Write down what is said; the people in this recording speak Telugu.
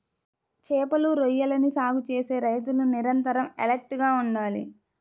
చేపలు, రొయ్యలని సాగు చేసే రైతులు నిరంతరం ఎలర్ట్ గా ఉండాలి